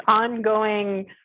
ongoing